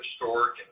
historic